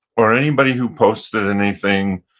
or anybody who posted anything,